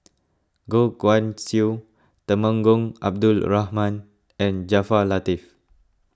Goh Guan Siew Temenggong Abdul Rahman and Jaafar Latiff